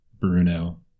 Bruno